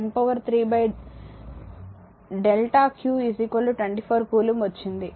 కాబట్టి 4 103 delta q 24 coulomb వచ్చింది